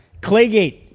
Claygate